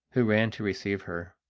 who ran to receive her.